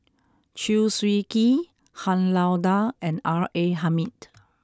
Chew Swee Kee Han Lao Da and R A Hamid